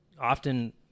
often